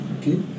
Okay